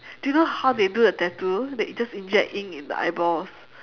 do you know how they do the tattoo they just inject ink in the eyeballs